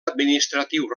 administratiu